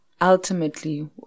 Ultimately